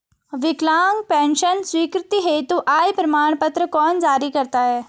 विकलांग पेंशन स्वीकृति हेतु आय प्रमाण पत्र कौन जारी करता है?